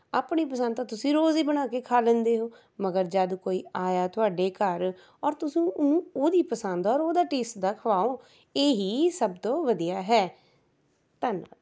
ਆਪਣੀ ਪਸੰਦ ਤਾਂ ਤੁਸੀਂ ਰੋਜ਼ ਹੀ ਬਣਾ ਕੇ ਖਾ ਲੈਂਦੇ ਹੋ ਮਗਰ ਜਦ ਕੋਈ ਆਇਆ ਤੁਹਾਡੇ ਘਰ ਔਰ ਤੁਸੀਂ ਉਹਨੂੰ ਉਹਦੀ ਪਸੰਦ ਔਰ ਉਹਦਾ ਟੇਸਟ ਦਾ ਖਵਾਓ ਇਹ ਹੀ ਸਭ ਤੋਂ ਵਧੀਆ ਹੈ ਧੰਨਵਾਦ